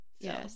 Yes